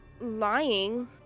lying